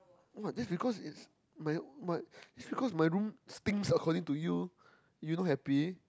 what just because its my my just because my room stinks because according to you you not happy